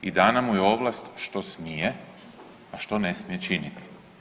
I dana mu je ovlast što smije, a što ne smije činiti.